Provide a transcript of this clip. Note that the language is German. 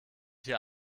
hier